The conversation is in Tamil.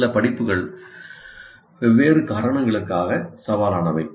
சில படிப்புகள் வெவ்வேறு காரணங்களுக்காக சவாலானவை